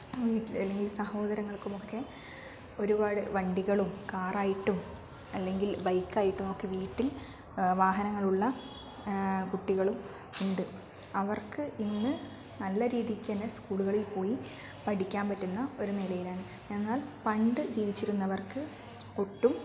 വീട്ടില് അല്ലെങ്കിൽ സഹോദരങ്ങൾക്കുമൊക്കെ ഒരുപാട് വണ്ടികളും കാറായിട്ടും അല്ലെങ്കിൽ ബൈക്കായിട്ടും ഒക്കെ വീട്ടിൽ വാഹനങ്ങൾ ഉള്ള കുട്ടികളും ഉണ്ട് അവർക്ക് ഇന്ന് നല്ല രീതിക്ക് തന്നെ സ്കൂളുകളിൽ പോയി പഠിക്കാൻ പറ്റുന്ന ഒരു നിലയിലാണ് എന്നാൽ പണ്ട് ജീവിച്ചിരുന്നവർക്ക് ഒട്ടും